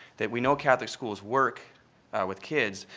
that we know catholic schools work with kids,